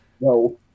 No